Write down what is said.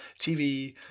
tv